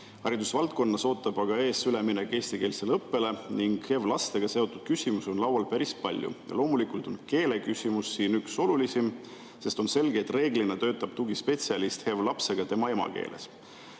Haridusvaldkonnas ootab aga ees üleminek eestikeelsele õppele ning HEV‑lastega seotud küsimusi on laual päris palju. Loomulikult on keeleküsimus siin üks olulisemaid, sest on selge, et reeglina töötab tugispetsialist HEV‑lapsega tema emakeeles.